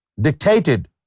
dictated